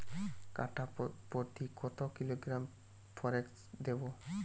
কাঠাপ্রতি কত কিলোগ্রাম ফরেক্স দেবো?